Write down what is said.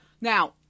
Now